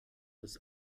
des